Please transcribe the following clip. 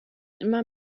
immer